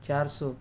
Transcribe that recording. چار سو